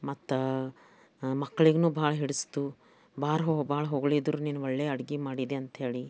ಮತ್ತು ಮಕ್ಳಿಗೂನು ಭಾಳ ಹಿಡಿಸಿತು ಭಾರ ಹೊ ಭಾಳ ಹೊಗಳಿದರು ನೀನು ಒಳ್ಳೆ ಅಡುಗೆ ಮಾಡಿದೆ ಅಂಥೇಳಿ